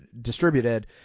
distributed